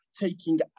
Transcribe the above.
taking